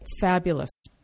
Fabulous